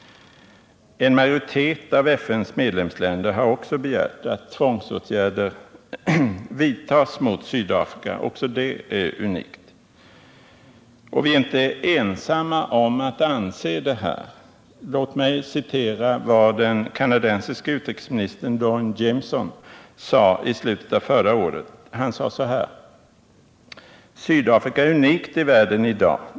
En majoritet av FN:s medlemsländer har också begärt att tvångsåtgärder skall vidtas mot Sydafrika — också det är unikt. Vi är inte ensamma om att anse detta. Låt mig återge vad den kanadensiske utrikesministern Don Jamieson sade i slutet av förra året: ”Sydafrika är unikt i världen i dag.